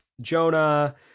jonah